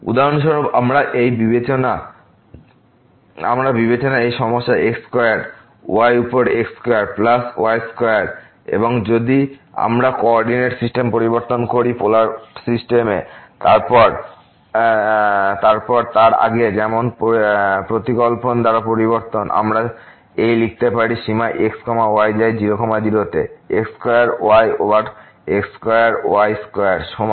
উদাহরণস্বরূপ আমরা বিবেচনা এই সমস্যা x স্কয়ার y উপর x স্কয়ার প্লাসy স্কয়ার এবং যদি আমরা কো অর্ডিনেট সিস্টেম পরিবর্তন করি পোলার সিস্টেমে তারপর তার আগে যেমন প্রতিকল্পন দ্বারা পরিবর্তন আমরা এই লিখতে পারি সীমা x y যায় 0 0 তে x square y over x square y square সমান